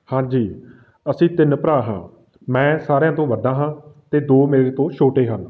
ਹਾਂਜੀ ਅਸੀਂ ਤਿੰਨ ਭਰਾ ਹਾਂ ਮੈਂ ਸਾਰਿਆਂ ਤੋਂ ਵੱਡਾ ਹਾਂ ਅਤੇ ਦੋ ਮੇਰੇ ਤੋਂ ਛੋਟੇ ਹਨ